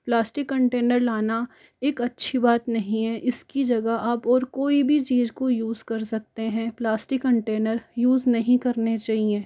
plastic container लाना एक अच्छी बात नहीं है इसकी जगह आप और कोई भी चीज़ को यूज़ कर सकते है प्लास्टिक कंटेनर यूज़ नहीं करने चाहिए